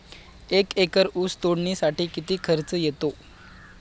एक एकर ऊस तोडणीसाठी किती खर्च येतो?